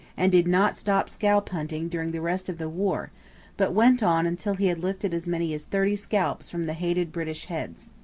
and did not stop scalp-hunting during the rest of the war but went on until he had lifted as many as thirty scalps from the hated british heads.